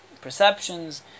perceptions